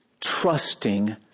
trusting